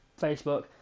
Facebook